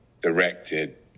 directed